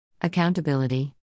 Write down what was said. Accountability